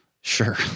Sure